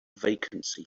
vacancy